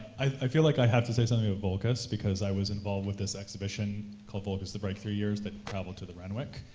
i feel like i have to say something of voulkos, because i was involved with this exhibition called voulkos the breakthrough years, that traveled to the renwick,